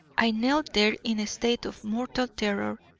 i knelt there in a state of mortal terror,